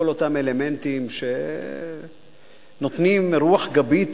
כל אותם אלמנטים שנותנים רוח גבית